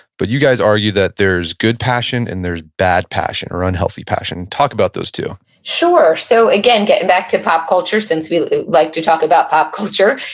but you guys argue that there's good passion and there's bad passion, or unhealthy passion. talk about those two sure. so again, getting back to pop culture, since we like to talk about pop culture,